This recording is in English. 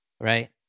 right